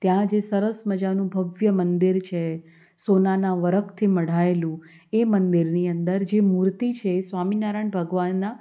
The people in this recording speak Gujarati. ત્યાં જે સરસ મજાનું ભવ્ય મંદિર છે સોનાના વરખથી મઢાયેલું એ મંદિરની અંદર જે મૂર્તિ છે એ સ્વામિનારાયણ ભગવાનના